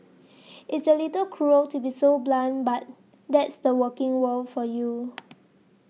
it's a little cruel to be so blunt but that's the working world for you